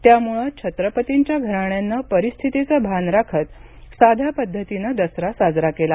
त्यामुळे छत्रपतींच्या घराण्यानं परिस्थितीचे भान राखत साध्या पद्धतीने दसरा साजरा केला